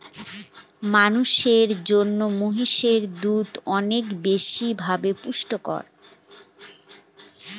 মানুষের জন্য মহিষের দুধ অনেক বেশি ভাবে পুষ্টিকর